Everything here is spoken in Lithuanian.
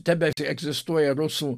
tebeegzistuoja rusų